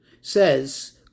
says